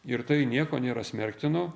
ir tai nieko nėra smerktino